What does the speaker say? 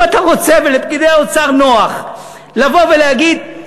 אם אתה רוצה ולפקידי האוצר נוח לבוא ולהגיד,